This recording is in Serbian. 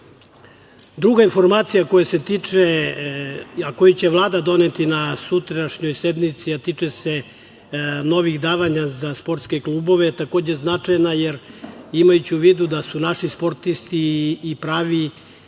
bolje. Druga informacija koju će Vlada doneti na sutrašnjoj sednici, a tiče se novih davanja za sportske klubove, takođe je značajna, jer imajući u vidu da su naši sportisti i pravi